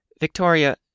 Victoria